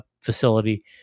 facility